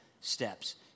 steps